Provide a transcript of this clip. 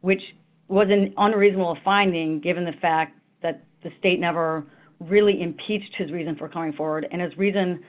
which was an unreasonable finding given the fact that the state never really impeached his reason for coming forward and his reason